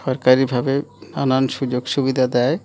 সরকারিভাবে নানান সুযোগ সুবিধা দেয়